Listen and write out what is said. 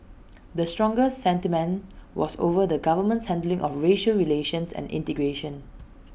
the strongest sentiment was over the government's handling of racial relations and integration